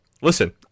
listen